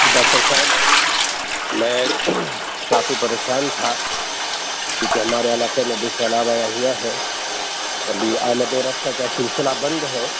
جی doctor صاحب میں کافی پریشان تھا کیوںکہ ہمارے علاقے میں ابھی سیلاب آیا ہوا ہے ابھی آمد و رفت کا سلسلہ بند ہے